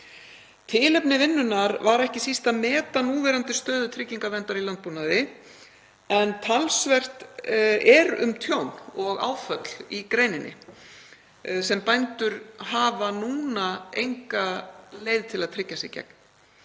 Tilefni vinnunnar var ekki síst að meta núverandi stöðu tryggingaverndar í landbúnaði en talsvert er um tjón og áföll í greininni sem bændur hafa núna enga leið til að tryggja sig gegn.